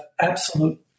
absolute